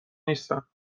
نیستم